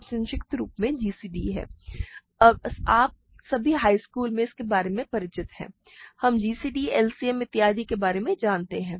जो संक्षिप्त रूप से है gcd आप सभी हाई स्कूल से इसके बारे में परिचित हैं ठीक है हम gcd LCM इत्यादि के बारे में जानते हैं